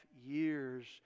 years